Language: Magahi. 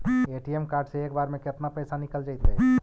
ए.टी.एम कार्ड से एक बार में केतना पैसा निकल जइतै?